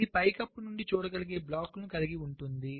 ఇది పైకప్పు పై నుండి చూడగలిగే బ్లాకులను కలిగి ఉంటుంది